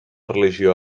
religió